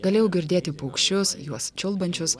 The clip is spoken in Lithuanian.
galėjau girdėti paukščius juos čiulbančius